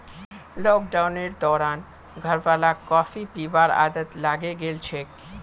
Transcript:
लॉकडाउनेर दौरान घरवालाक कॉफी पीबार आदत लागे गेल छेक